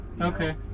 Okay